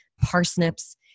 Parsnips